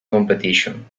competition